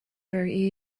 very